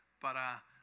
para